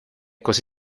così